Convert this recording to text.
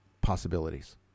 possibilities